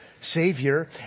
Savior